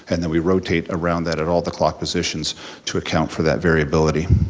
and then we rotate around that at all the clock positions to account for that variability.